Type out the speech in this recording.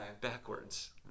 backwards